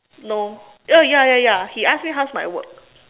no oh ya ya ya he ask me how's my work